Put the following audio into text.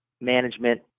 Management